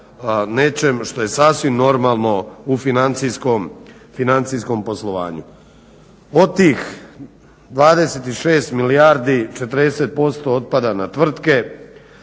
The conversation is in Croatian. nečemu što je sasvim normalno u financijskom poslovanju. Od tih 26 milijardi 40% otpada na tvrtke,